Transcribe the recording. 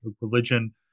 religion